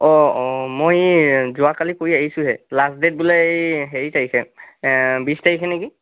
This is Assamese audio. অঁ অঁ মই যোৱাকালি কৰি আহিছোঁহে লাষ্ট ডে'ট বোলে এই হেৰি তাৰিখে বিছ তাৰিখে নেকি